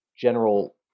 general